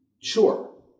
Sure